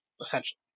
essentially